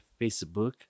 Facebook